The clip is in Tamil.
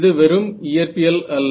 இது வெறும் இயற்பியல் அல்ல